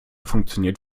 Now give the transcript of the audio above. funktioniert